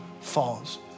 falls